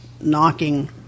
knocking